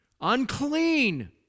Unclean